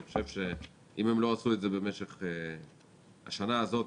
אני חושב שאם הם לא עשו את זה במשך השנה הזאת,